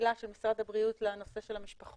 במילה של משרד הבריאות לנושא של המשפחות?